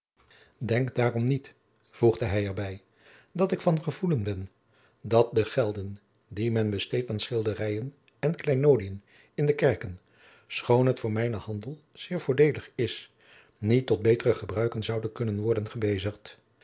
denk daarom niet voegde hij er bij dat ik van gevoelen ben dat de gelden die men besteedt aan schilderijen en kleinoodiën in de kerken schoon het voor mijnen handel zeer voordeelig is niet tot betere gebruiken zouden kunnen worden gebezigd